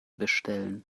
bestellen